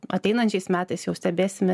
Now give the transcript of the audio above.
ateinančiais metais jau stebėsime